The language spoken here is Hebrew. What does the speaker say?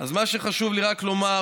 אז מה שחשוב לי רק לומר,